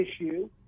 issue